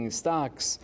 stocks